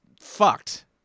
fucked